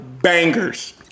bangers